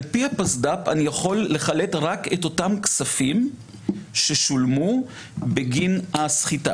על פי הפסד"פ אני יכול לחלט רק את אותם כספים ששולמו בגין הסחיטה.